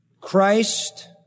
Christ